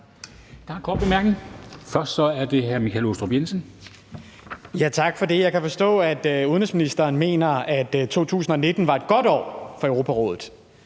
Aastrup Jensen. Kl. 12:12 Michael Aastrup Jensen (V): Tak for det. Jeg kan forstå, at udenrigsministeren mener, at 2019 var et godt år for Europarådet.